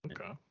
Okay